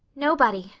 nobody,